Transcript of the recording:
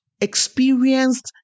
Experienced